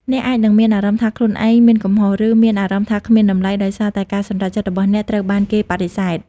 អ្នកអាចនឹងមានអារម្មណ៍ថាខ្លួនឯងមានកំហុស ឬមានអារម្មណ៍ថាគ្មានតម្លៃ ដោយសារតែការសម្រេចចិត្តរបស់អ្នកត្រូវបានគេបដិសេធ។